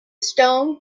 stone